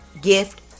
gift